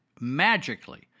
Magically